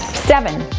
seven,